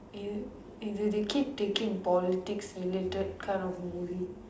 இது:ithu இது:ithu they keep taking politics related kind of movie